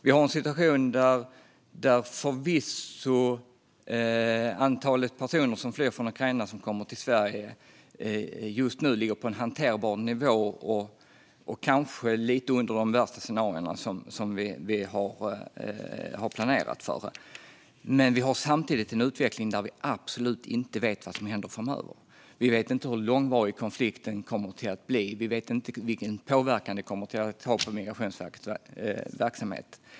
Vi har en situation där antalet personer som flyr från Ukraina och som kommer till Sverige just nu ligger på en hanterbar nivå och kanske lite under de värsta scenarier som vi har planerat för. Men vi har samtidigt en utveckling där vi absolut inte vet vad som händer framöver. Vi vet inte hur långvarig konflikten kommer att bli. Vi vet inte vilken påverkan den kommer att ha på Migrationsverkets verksamhet.